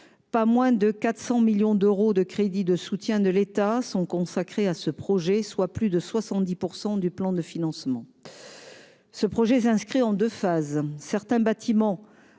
Pas moins de 400 millions d'euros de crédits de soutien de l'État sont consacrés à ce projet, soit plus de 70 % du plan de financement. Ce projet s'inscrit en deux phases. Certains bâtiments-